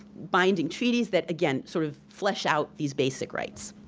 binding treaties that again sort of flesh out these basic rights.